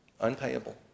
Unpayable